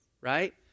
right